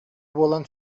буолан